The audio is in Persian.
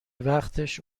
وقتش